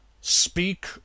Speak